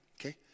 okay